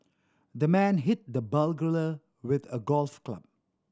the man hit the burglar with a golf club